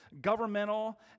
governmental